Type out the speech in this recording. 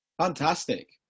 Fantastic